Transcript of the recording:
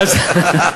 אה?